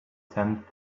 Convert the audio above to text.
tenth